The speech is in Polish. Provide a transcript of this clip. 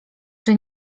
czy